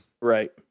Right